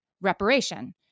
reparation